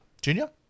Junior